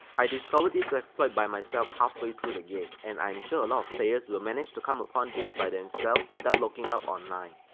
i discovered this exploit by myself halfway through the game and i'm sure a lot of players will manage to come upon this by themselves without looking up online.